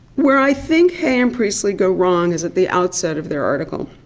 where i think haigh and priestley go wrong is at the outset of their article,